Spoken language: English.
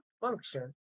function